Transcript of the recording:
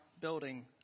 building